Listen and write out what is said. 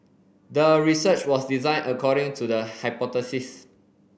the research was designed according to the hypothesis